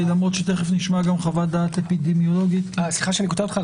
למרות שתיכף נשמע גם חוות דעת אפידמיולוגית --- סליחה שאני קוטע אותך,